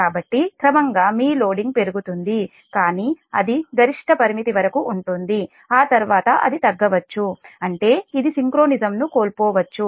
కాబట్టి క్రమంగా మీ లోడింగ్ పెరుగుతుంది కానీ అది గరిష్ట పరిమితి వరకు ఉంటుంది ఆ తర్వాత అది తగ్గవచ్చు అంటే ఇది సింక్రోనిజంను కోల్పోవచ్చు